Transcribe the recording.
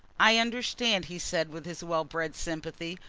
i understand, he said, with his well-bred sympathy,